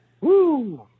Woo